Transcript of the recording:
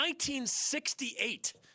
1968